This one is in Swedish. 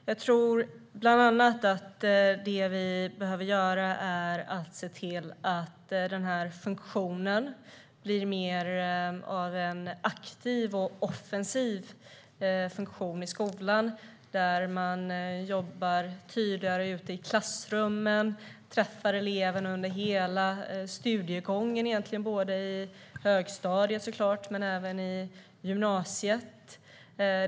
Jag tror att det vi bland annat behöver göra är att se till den här funktionen blir mer av en aktiv och offensiv funktion i skolan, att man jobbar mer ute i klassrummen, träffar eleverna under hela studiegången, både på högstadiet och på gymnasiet.